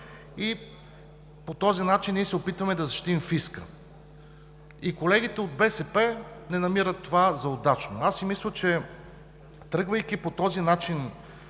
по този начин се опитваме да защитим фиска. Колегите от БСП не намират това за удачно. Аз си мисля, че тръгвайки по тази линия